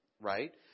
right